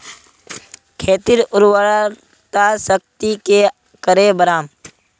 खेतीर उर्वरा शक्ति की करे बढ़ाम?